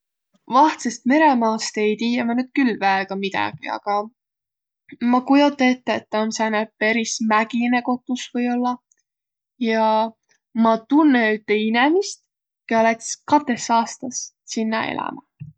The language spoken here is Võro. Vahtsõst-Meremaast ei tiiäq ma nüüd küll väega midägi, aga ma kujoda ette, et tuu om sääne peris mägine kotus või-ollaq ja ma tunnõ ütte inemist, kiä läts' katõs aastas sinnäq elämä.